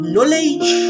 Knowledge